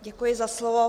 Děkuji za slovo.